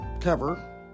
cover